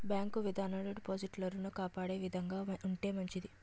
bank విధానాలు డిపాజిటర్లను కాపాడే విధంగా ఉంటే మంచిది